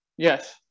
Yes